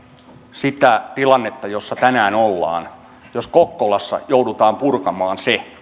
sitä tilannetta jossa tänään ollaan jos kokkolassa joudutaan purkamaan se